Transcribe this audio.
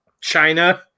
China